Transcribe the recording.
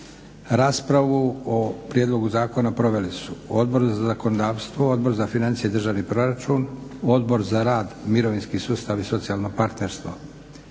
Raspravu o prijedlogu zakona proveli su Odbor za zakonodavstvo, Odbor za financije i državni proračun, Odbor za rad, mirovinski sustav i socijalno partnerstvo.